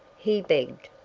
he begged.